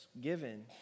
given